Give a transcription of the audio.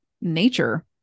nature